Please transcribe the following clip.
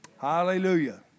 Hallelujah